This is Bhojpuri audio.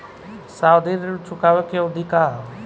सावधि ऋण चुकावे के अवधि का ह?